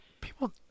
people